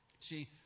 See